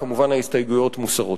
כמובן, ההסתייגויות מוסרות.